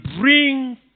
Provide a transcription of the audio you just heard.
bring